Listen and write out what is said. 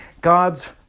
God's